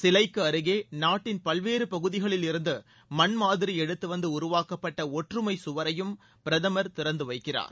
சிலைக்கு அருகே நாட்டின் பல்வேறு பகுதிகளில் இருந்து மண் மாதிரி எடுத்து வந்து உருவாக்கப்பட்ட ஒற்றுமை சுவரையும் பிரதமர் திறந்து வைக்கிறார்